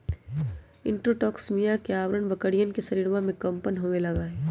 enterotoxaemia के अआरण बकरियन के शरीरवा में कम्पन होवे लगा हई